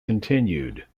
continued